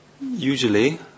usually